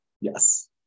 Yes